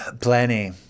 Plenty